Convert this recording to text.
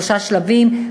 שלושה שלבים.